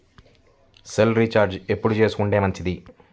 Cell recharge ఎప్పుడు చేసుకొంటే మంచిది?